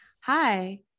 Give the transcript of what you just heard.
Hi